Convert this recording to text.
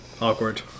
awkward